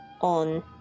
on